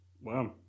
Wow